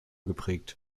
geprägt